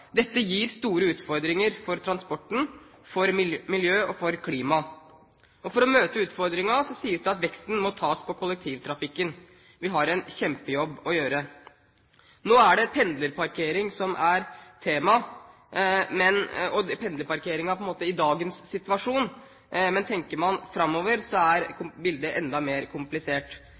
Dette gir store utfordringer for transporten og for miljø og for klima. For å møte utfordringen sies det at veksten må tas på kollektivtrafikken. Vi har en kjempejobb å gjøre. Nå er det pendlerparkering som er tema – og pendlerparkering på en måte i dagens situasjon. Men tenker man framover, er bildet enda mer komplisert.